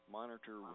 monitor